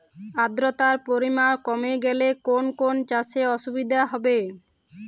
আদ্রতার পরিমাণ কমে গেলে কোন কোন চাষে অসুবিধে হবে?